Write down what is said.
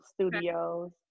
Studios